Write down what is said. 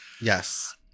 Yes